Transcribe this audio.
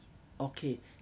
okay okay